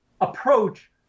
approach